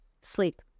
Sleep